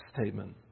statement